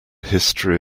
history